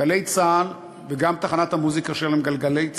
"גלי צה"ל" וגם תחנת המוזיקה שלהם גלגלצ,